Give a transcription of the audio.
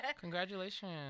congratulations